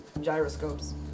gyroscopes